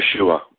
Yeshua